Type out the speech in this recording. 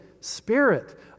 Spirit